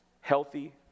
healthy